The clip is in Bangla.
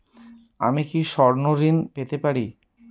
আমি কি স্বর্ণ ঋণ পেতে পারি?